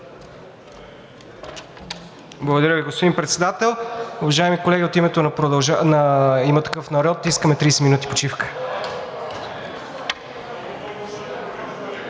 Благодаря Ви, господин Председател. Уважаеми колеги, от името на „Има такъв народ“ искаме 30 минути почивка.